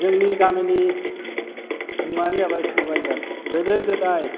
जोंनि गामिनि मुङानो जाबाय सुबाइजार गोदो गोदाय